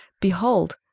behold